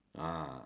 ah